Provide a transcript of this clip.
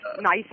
nice